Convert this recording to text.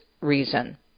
reason